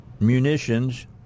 munitions